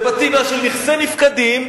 אלה בתים, נכסי נפקדים,